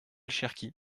cherki